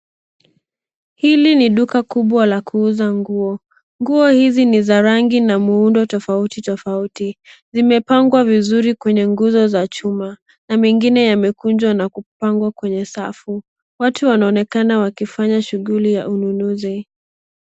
Hili ni duka kubwa la nguo, nguo hizi ni za rangi na muundo tofauti tofauti. Zimepangwa vizuri kwenye nguzo za chuma, na mengine yamekunjwa na kupangwa kwenye safu. Watu wanaonekana wakifanya shughuli ya ununuzi.